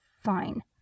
Fine